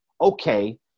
okay